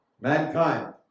mankind